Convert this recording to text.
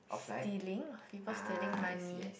stealing of people stealing money